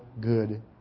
good